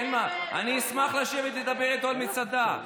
אני אשמח לשבת לדבר איתו על מצדה.